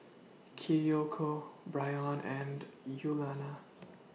Kiyoko Bryon and Yuliana